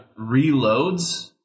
reloads